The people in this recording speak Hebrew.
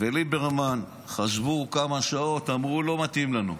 וליברמן חשבו כמה שעות, אמרו: לא מתאים לנו.